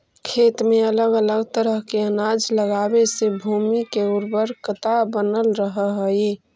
खेत में अलग अलग तरह के अनाज लगावे से भूमि के उर्वरकता बनल रहऽ हइ